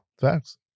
facts